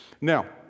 Now